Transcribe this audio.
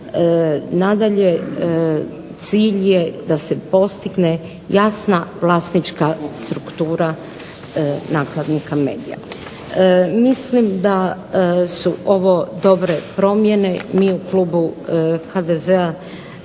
nadalje cilj je da se postigne jasna vlasnička struktura nakladnika medija. Mislim da su ovo dobre promjene, mi u klubu HDZ-a